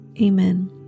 Amen